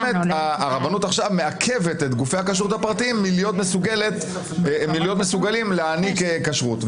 הרבנות מעכבת את גופי הכשרות הפרטיים מלהיות מסוגלים להעניק כשרות.